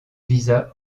visa